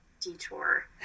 detour